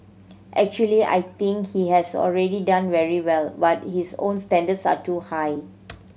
actually I think he has already done very well but his own standards are too high